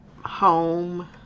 home